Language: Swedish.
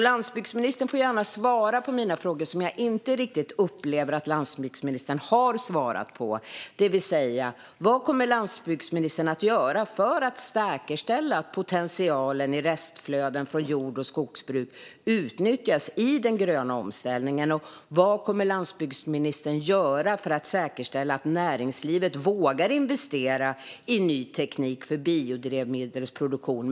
Landsbygdsministern får gärna svara på mina frågor, som jag inte riktigt upplever att han har svarat på: Vad kommer landsbygdsministern att göra för att säkerställa att potentialen i restflöden från jord och skogsbruk utnyttjas i den gröna omställningen? Vad kommer landsbygdsministern att göra för att säkerställa att näringslivet vågar investera i ny teknik för biodrivmedelsproduktion?